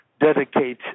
dedicate